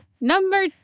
number